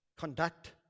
conduct